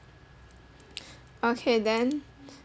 okay then